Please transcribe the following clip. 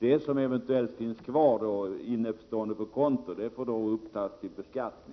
Det som eventuellt finns kvar innestående på konto får då tas upp till beskattning.